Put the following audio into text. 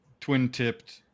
twin-tipped